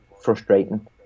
frustrating